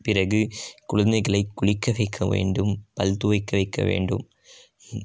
பிறகு குழந்தைகளை குளிக்க வைக்க வேண்டும் பல் துலக்க வைக்க வேண்டும்